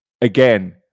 again